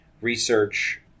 research